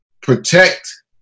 protect